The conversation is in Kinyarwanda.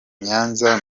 nyanza